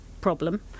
problem